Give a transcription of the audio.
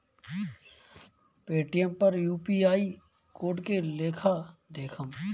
Paytm पर UPI code के लेखा देखम?